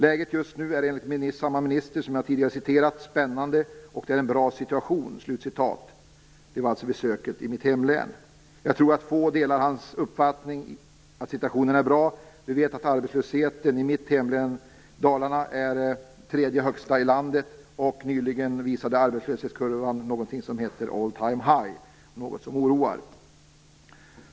Läget just nu, enligt den minister som jag tidigare citerade, är en "spännande och bra situation". Det sade han vid sitt besök i mitt hemlän. Jag tror att få delar hans uppfattning att situationen är bra. Vi vet att arbetslösheten i Dalarna är den tredje högsta i landet, och nyligen visade arbetslöshetskurvan all time high - något som oroar.